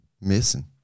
missing